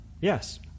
yes